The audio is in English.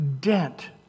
dent